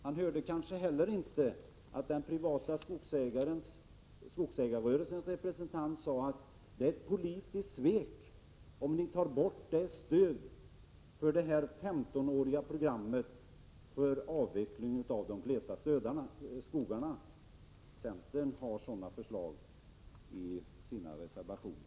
Han hörde kanske heller inte att den privata skogsägarrörelsens representant sade att det är ett politiskt svek att ta bort stödet till det femtonåriga programmet för avveckling av de glesa skogarna. Centern har sådana förslag i sina reservationer.